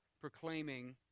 proclaiming